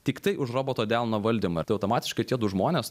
tiktai už roboto delno valdymą tai automatiškai tiedu žmonės